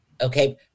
Okay